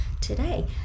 today